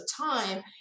time